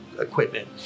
Equipment